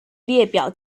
列表